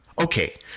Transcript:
Okay